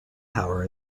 power